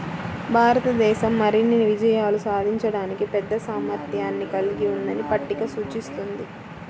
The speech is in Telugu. భారతదేశం మరిన్ని విజయాలు సాధించడానికి పెద్ద సామర్థ్యాన్ని కలిగి ఉందని పట్టిక సూచిస్తుంది